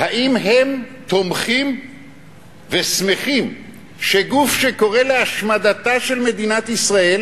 האם הם תומכים ושמחים שגוף שקורא להשמדתה של מדינת ישראל